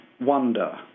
wonder